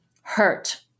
hurt